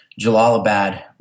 Jalalabad